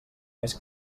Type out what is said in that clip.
més